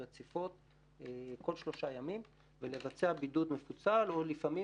רציפות כל שלושה ימים ולבצע בידוד מפוצל או לפעמים